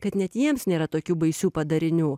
kad net jiems nėra tokių baisių padarinių